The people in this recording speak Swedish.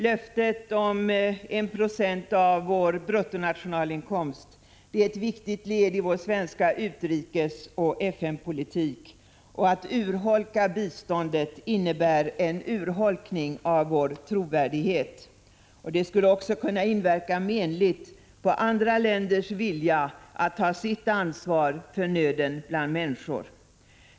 Löftet om 1 92 av vår bruttonationalinkomst är ett viktigt led i vår svenska utrikesoch FN-politik. Att urholka biståndet innebär en urholkning av vår trovärdighet. Det skulle också kunna inverka menligt på andra länders vilja att ta sitt ansvar för nöden bland människor.